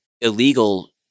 illegal